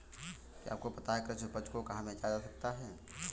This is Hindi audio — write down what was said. क्या आपको पता है कि कृषि उपज को कहाँ बेचा जा सकता है?